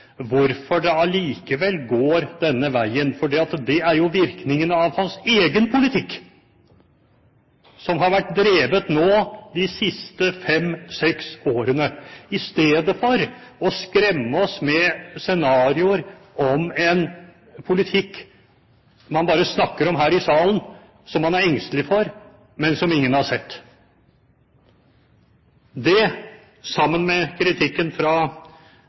hvorfor det allikevel går denne veien, for det er jo virkningene av hans egen politikk, som har vært drevet nå de siste fem–seks årene, i stedet for å skremme oss med scenarioer om en politikk man bare snakker om her i salen, som man er engstelig for, men som ingen har sett? Det, sammen med kritikken fra